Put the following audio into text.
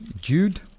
Jude